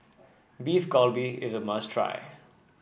Beef Galbi is a must try